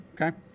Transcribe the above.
Okay